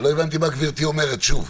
מה גברתי אומרת, שוב.